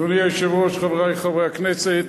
אדוני היושב-ראש, חברי חברי הכנסת,